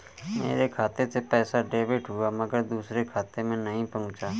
मेरे खाते से पैसा डेबिट हुआ मगर दूसरे खाते में नहीं पंहुचा